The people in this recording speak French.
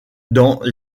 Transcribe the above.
dans